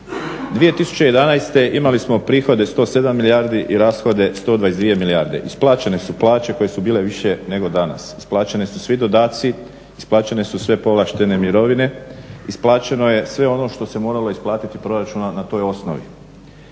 2011. imali smo prihode 107 milijardi i rashode 122 milijarde. Isplaćene su plaće koje su bile više nego danas, isplaćeni su svi dodaci, isplaćene su sve povlaštene mirovine, isplaćeno je sve ono što se moralo isplatiti iz proračuna na toj osnovi.